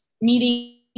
meeting